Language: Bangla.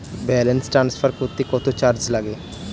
ব্যালেন্স ট্রান্সফার করতে কত চার্জ লাগে?